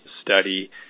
study